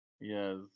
Yes